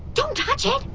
don't touch it!